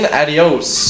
adios